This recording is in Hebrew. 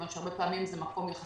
הרבה פעמים זה מקום צר יחסית,